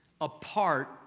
apart